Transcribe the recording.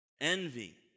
Envy